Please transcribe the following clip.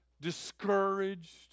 discouraged